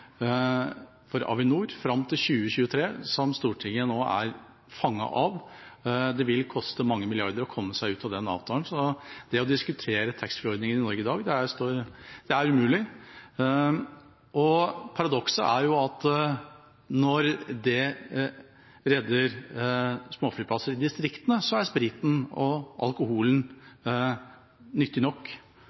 Stortinget nå er fanget av. Det vil koste mange milliarder kroner å komme seg ut av den avtalen, så det å diskutere taxfree-ordninga i Norge dag er umulig. Paradokset er at når det redder småflyplasser i distriktene, er alkoholen nyttig nok. Jeg syns det er en betydelig større debatt enn å diskutere om 4,7 pst. skal være grensa i dagligvarehandelen, og